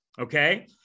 Okay